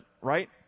right